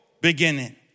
beginning